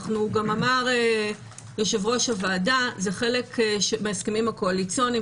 אמר יושב-ראש הוועדה שהזה חלק מההסכמים הקואליציוניים